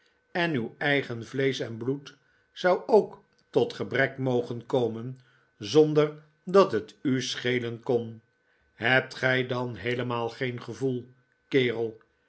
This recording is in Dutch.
en uw eigen vleesch en bloed zou ook tot gebrek mogen komen zonder dat het u schelen kon hebt gij dan lieelemaal geen gevoel kerel